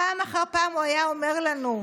פעם אחר פעם הוא היה אומר לנו: